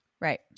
Right